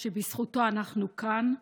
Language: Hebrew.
מניעת אלימות כלכלית),